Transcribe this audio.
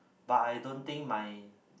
but I don't think my